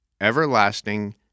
everlasting